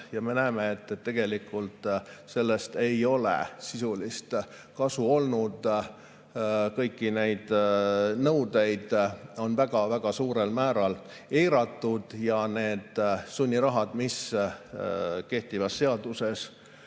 ja me näeme, et sellest ei ole sisulist kasu olnud, kõiki neid nõudeid on väga-väga suurel määral eiratud. Sunniraha, mis kehtivas seaduses